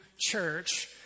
church